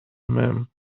mem